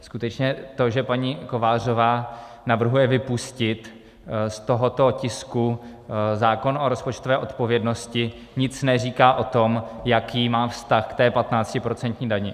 Skutečně to, že paní Kovářová navrhuje vypustit z tohoto tisku zákon o rozpočtové odpovědnosti, nic neříká o tom, jaký má vztah k té patnáctiprocentní dani.